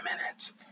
minutes